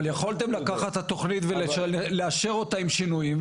אבל יכולתם לקחת את התוכנית ולאשר אותה עם שינויים,